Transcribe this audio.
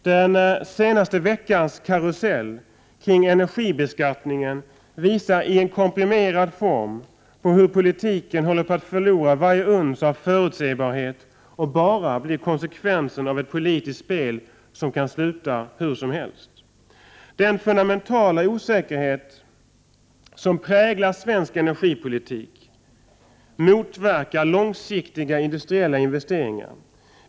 Den senaste veckans karusell kring energibeskattningen visar i en komprimerad form på hur politiken håller på att förlora varje uns av förutsebarhet och bara blir konsekvensen av ett politiskt spel som kan sluta hur som helst. Den fundamentala osäkerhet som präglar svensk energipolitik motverkar långsiktiga industriella investeringar.